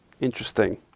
interesting